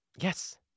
yes